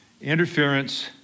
interference